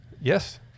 yes